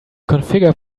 configure